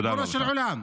ריבונו של עולם.